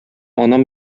анам